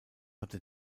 hatte